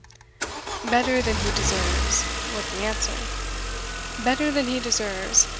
better than he deserves, was the answer better than he deserves,